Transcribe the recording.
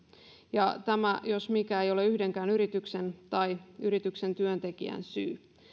ja tämä jos mikä ei ole yhdenkään yrityksen tai yrityksen työntekijän syy